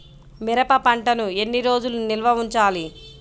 మిరప పంటను ఎన్ని రోజులు నిల్వ ఉంచాలి?